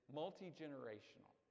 multi-generational